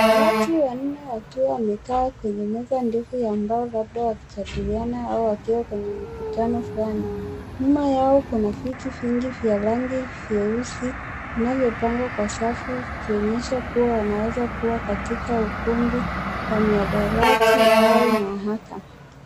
Watu wanne wakiwa wamekaa kwenye meza ndefu ya mbao labda wakijadiliana au wakiwa kwenye mkutano flani. Nyuma yao kuna viti vingi vya rangi vyeusi vinavyopangwa kwa usafi ukionyesha kuwa wanawezakuwa katika ukumbi wa mihadarati au mahakama.